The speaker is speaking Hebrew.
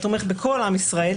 התומך בכל עם ישראל,